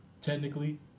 Technically